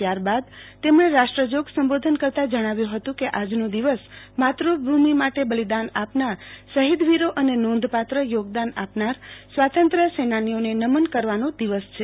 ત્યારબાદ તેમણે રાષ્ટ્રજોગ સંબોધન કરતાં જણાવ્યું હતું કે આજનો દિવસ માતૃભૂમિ માટે બલિદાન આપનાર શહિદવીરો અને નોંધપાત્ર યોગદાન આપનાર સ્વાતંત્રય સેનાનીઓને નમન કરવાનો દિવસ છે